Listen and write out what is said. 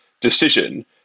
decision